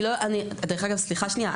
סליחה שניה,